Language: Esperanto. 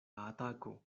atako